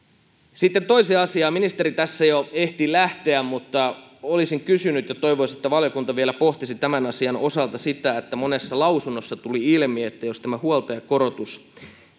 sitten toiseen asiaan ministeri tässä jo ehti lähteä mutta olisin kysynyt ja toivoisin että valiokunta vielä pohtisi tämän asian osalta sitä että monessa lausunnossa tuli ilmi että jos tämä huoltajakorotus